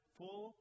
full